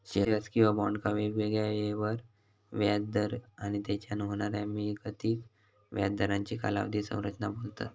shares किंवा बॉन्डका वेगवेगळ्या येळेवर व्याज दर आणि तेच्यान होणाऱ्या मिळकतीक व्याज दरांची कालावधी संरचना बोलतत